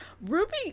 Ruby